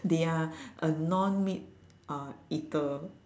they're a non meat uh eater